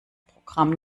programm